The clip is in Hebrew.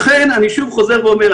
אני שוב חוזר ואומר,